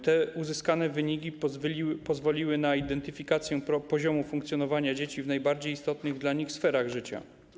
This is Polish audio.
Te uzyskane wyniki pozwoliły na identyfikację poziomu funkcjonowania dzieci w najbardziej istotnych dla nich sferach życia.